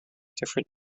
different